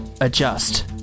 adjust